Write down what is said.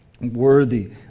worthy